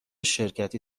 شرکتی